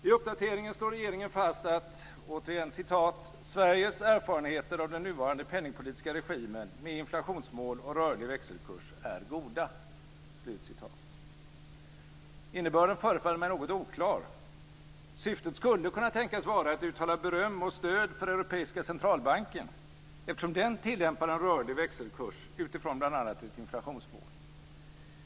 I uppdateringen slår regeringen fast att "Sveriges erfarenheter av den nuvarande penningpolitiska regimen, med inflationsmål och rörlig växelkurs, är goda." Innebörden förefaller mig något oklar. Syftet skulle kunna tänkas vara att uttala beröm och stöd för Europeiska centralbanken, eftersom den tillämpar en rörlig växelkurs utifrån bl.a. ett inflationsmål.